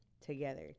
together